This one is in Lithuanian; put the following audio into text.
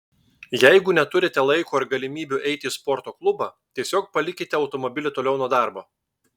jeigu neturite laiko ar galimybių eiti į sporto klubą tiesiog palikite automobilį toliau nuo darbo